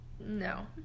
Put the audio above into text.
No